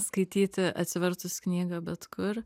skaityti atsivertus knygą bet kur